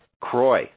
Croy